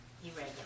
irregular